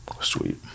Sweet